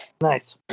Nice